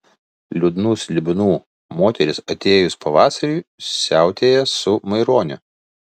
liūdnų slibinų moteris atėjus pavasariui siautėja su maironiu